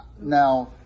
Now